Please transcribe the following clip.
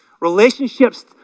Relationships